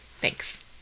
Thanks